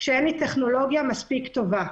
כשאין טכנולוגיה מספיק טובה.